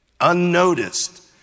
unnoticed